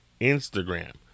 Instagram